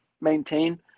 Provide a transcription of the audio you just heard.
maintain